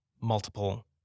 multiple